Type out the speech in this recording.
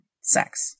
sex